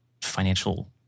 financial